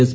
S